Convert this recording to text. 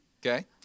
Okay